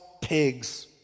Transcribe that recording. pigs